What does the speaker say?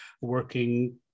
working